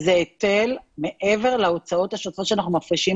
זה היטל מעבר להוצאות השוטפות שאנחנו מפרישים